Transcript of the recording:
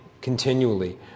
continually